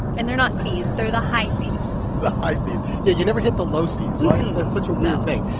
and they're not seas. they're the high seas the high seas yeah, you never hit the low seas, right? no and that's such a weird thing.